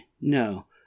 no